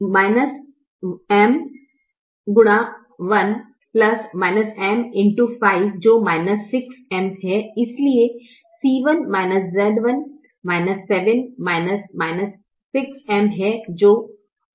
जो 6 M है इसलिए C1 Z1 7 है जो 6M 7 है